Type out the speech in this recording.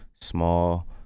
small